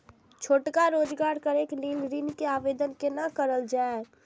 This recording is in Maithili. छोटका रोजगार करैक लेल ऋण के आवेदन केना करल जाय?